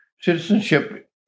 Citizenship